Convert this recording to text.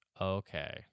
Okay